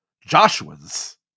joshua's